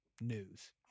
news